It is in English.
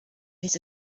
his